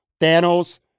Thanos